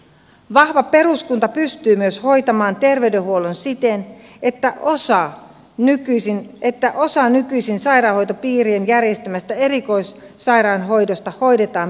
vahva peruskunta pystyy myös hoitamaan terveydenhuollon siten että osa nykyisin sairaanhoitopiirien järjestämästä erikoissairaanhoidosta hoidetaan perustason palveluna